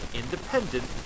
independent